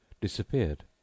disappeared